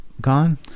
gone